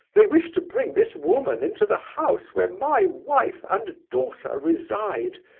they wish to bring this woman into the house where my wife and daughter reside,